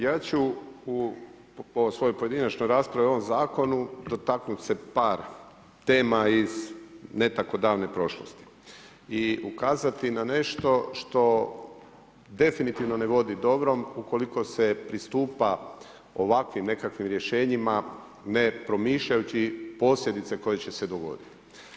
Ja ću po svojoj pojedinačnoj raspravi u ovom zakonu dotaknut se par tema iz ne tako davne prošlosti i ukazati na nešto što definitivno ne vodi dobrom ukoliko se pristupa ovakvim nekakvim rješenjima ne promišljajući posljedice koje će se dogoditi.